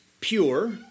pure